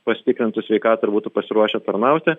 pasitikrintų sveikatą ir būtų pasiruošę tarnauti